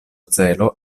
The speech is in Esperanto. celo